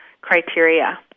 criteria